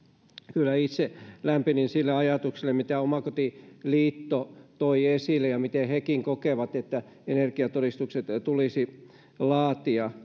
kyllä itse lämpenin sille ajatukselle minkä omakotiliitto toi esille ja miten hekin kokevat että energiatodistukset tulisi laatia